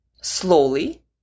slowly